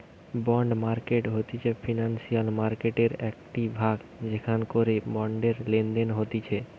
bond market হতিছে financial মার্কেটের একটিই ভাগ যেখান করে বন্ডের লেনদেন হতিছে